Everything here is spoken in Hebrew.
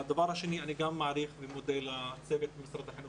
אני גם מעריך ומודה לצוות משרד החינוך